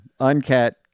Uncat